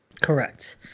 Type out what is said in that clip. Correct